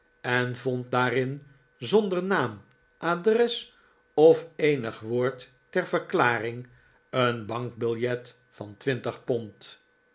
en vond daarin zonder naam adores of eenig woord ter verklaring een bankbiljet van twintig pond